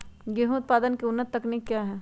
गेंहू उत्पादन की उन्नत तकनीक क्या है?